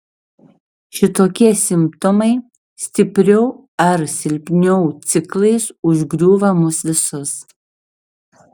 šitokie simptomai stipriau ar silpniau ciklais užgriūva mus visus